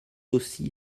aussi